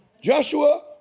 Joshua